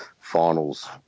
finals